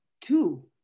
Two